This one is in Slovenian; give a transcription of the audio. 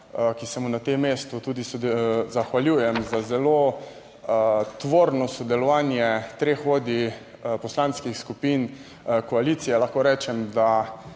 ki se mu na tem mestu tudi zahvaljujem za zelo tvorno sodelovanje treh vodij poslanskih skupin koalicije. Lahko rečem, da